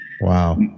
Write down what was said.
Wow